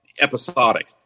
episodic